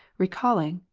recalling,